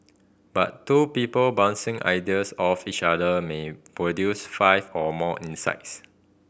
but two people bouncing ideas off each other may produce five or more insights